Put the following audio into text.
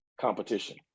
competition